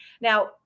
now